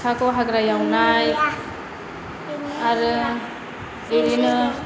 सिखाखौ हाग्रा एवनाय आरो बिदिनो